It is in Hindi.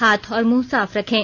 हाथ और मुंह साफ रखें